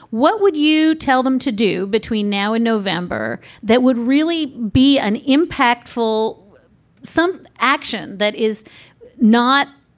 what would you tell them to do between now and november? that would really be an impactful some action. that is not,